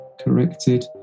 corrected